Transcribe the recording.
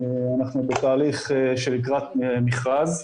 אנחנו בתהליך של לקראת מכרז.